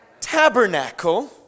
tabernacle